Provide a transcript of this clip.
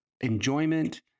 enjoyment